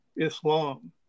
Islam